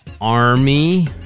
Army